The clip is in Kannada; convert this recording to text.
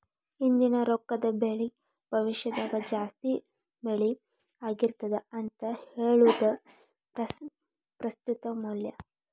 ಇಂದಿನ ರೊಕ್ಕದ ಬೆಲಿ ಭವಿಷ್ಯದಾಗ ಜಾಸ್ತಿ ಬೆಲಿ ಆಗಿರ್ತದ ಅಂತ ಹೇಳುದ ಪ್ರಸ್ತುತ ಮೌಲ್ಯ